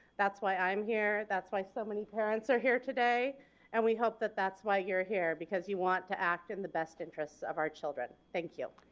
that's why i'm here that's why so many parents are here today and we hope that that's why you're here because you want to act in the best interest of our children. thank you.